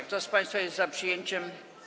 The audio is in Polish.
Kto z państwa jest za przyjęciem.